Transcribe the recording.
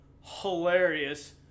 hilarious